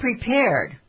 prepared